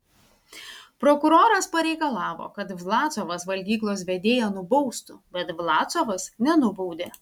prokuroras pareikalavo kad vlasovas valgyklos vedėją nubaustų bet vlasovas nenubaudė